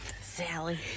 Sally